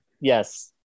Yes